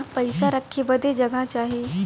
पइसा रखे बदे जगह चाही